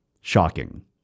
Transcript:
Shocking